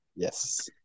Yes